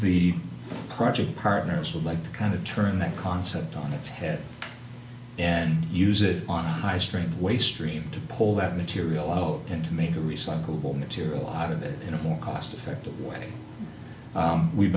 the project partners would like to kind of turn that concept on its head and use it on a high street waste stream to pull that material out and to make a recycled material out of it in a more cost effective way we've